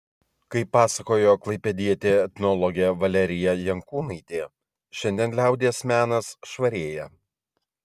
kaip pasakojo klaipėdietė etnologė valerija jankūnaitė šiandien liaudies menas švarėja